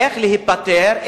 איך להיפטר,